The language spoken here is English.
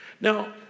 Now